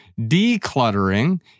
Decluttering